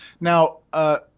now